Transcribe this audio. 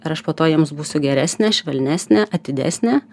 ar aš po to jiems būsiu geresnė švelnesnė atidesnė